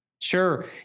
Sure